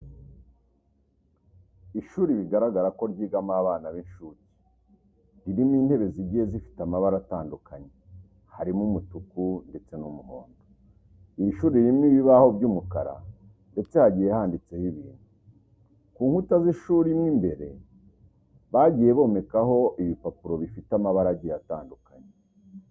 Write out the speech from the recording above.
Ishuri bigaragara ko ryigamo abana b'inshuke ririmo intebe zigiye zifite amabara atandukanye, harimo umutuku ndetse n'umuhondo. Iri shuri ririmo ibibaho by'umukara ndetse hagiye handitseho ibintu. Ku nkuta z'ishuri mo imbere bagiye bomekaho ibipapuro bifite amabara agiye atandukanye.